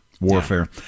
Warfare